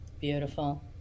Beautiful